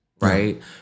right